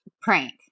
prank